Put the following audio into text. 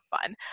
fun